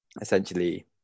essentially